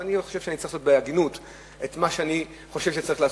אבל אני חושב שאני צריך לעשות בהגינות את מה שאני חושב שצריך לעשות.